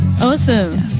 Awesome